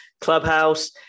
clubhouse